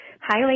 hi